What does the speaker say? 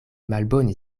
malbone